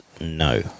No